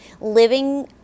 living